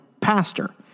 pastor